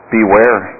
Beware